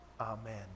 Amen